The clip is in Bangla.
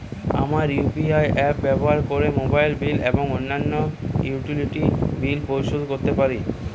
আমরা ইউ.পি.আই অ্যাপস ব্যবহার করে মোবাইল বিল এবং অন্যান্য ইউটিলিটি বিল পরিশোধ করতে পারি